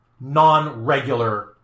non-regular